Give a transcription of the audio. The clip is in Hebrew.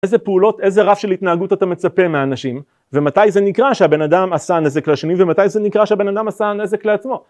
איזה פעולות איזה רף של התנהגות אתה מצפה מהאנשים ומתי זה נקרא שהבן אדם עשה נזק לשונים ומתי זה נקרא שהבן אדם עשה נזק לעצמו